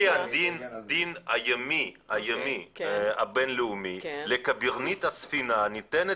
לפי הדין הימי הבינלאומי לקברניט הספינה ניתנת